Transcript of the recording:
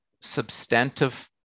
substantive